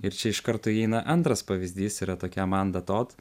ir čia iš karto įeina antras pavyzdys yra tokia amanda tod